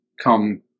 come